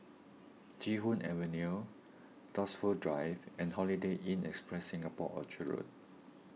Chee Hoon Avenue Dunsfold Drive and Holiday Inn Express Singapore Orchard Road